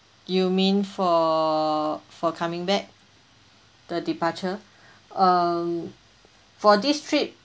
you mean for for coming back the departure um for this trip